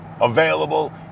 Available